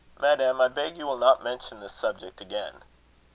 madam, i beg you will not mention this subject again.